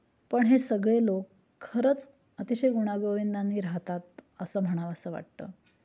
पण हे सगळे लोक खरंच अतिशय गुण्यागोविंदाने राहतात असं म्हणावं असं वाटतं